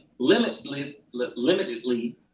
limitedly